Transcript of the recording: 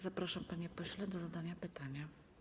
Zapraszam, panie pośle, do zadania pytania.